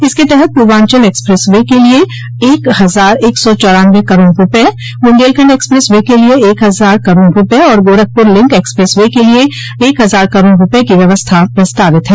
इसके तहत Purvanchal expressway के लिये एक हजार एक सौ चौरानवे करोड़ रूपये बुंदेलखंड एक्सप्रेस वे के लिये एक हजार करोड़ रूपये और गोरखपुर लिंक एक्सप्रेस वे के लिये एक हजार करोड़ रूपये की व्यवस्था प्रस्तावित है